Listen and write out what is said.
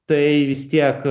tai vis tiek